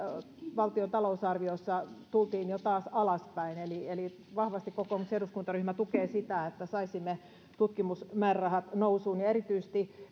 valtion talousarviossa tultiin jo taas alaspäin eli eli vahvasti kokoomuksen eduskuntaryhmä tukee sitä että saisimme tutkimusmäärärahat nousuun ja erityisesti